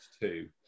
two